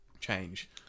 change